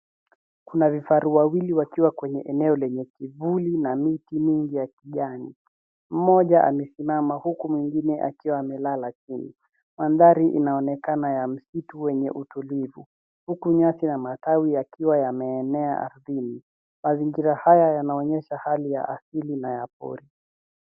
Kuna vifaru wawili wakiwa kwenye eneo lenye kivuli na miti nyingi ya kijani. Mmoja amesimama huku mwingine akiwa amelala chini. Mandhari inaonekana ya msitu enye utulivu, huku nyasi ya matwai yakiwa yameenea ardhini. Mazingira haya yanaonyesha hali ya asili na ya pori.